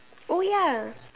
oh ya